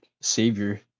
savior